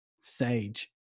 sage